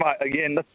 Again